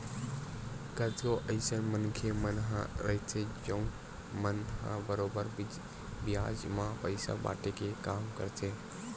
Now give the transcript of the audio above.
कतको अइसन मनखे मन ह रहिथे जउन मन ह बरोबर बियाज म पइसा बाटे के काम करथे